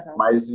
mas